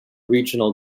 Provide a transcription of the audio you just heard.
regional